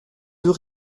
deux